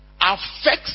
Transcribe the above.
affects